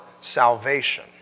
salvation